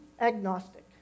agnostic